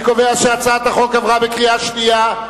אני קובע שהצעת החוק עברה בקריאה שנייה.